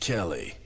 Kelly